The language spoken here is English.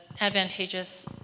advantageous